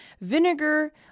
vinegar